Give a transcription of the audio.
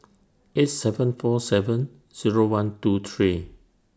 eight seven four seven Zero one two three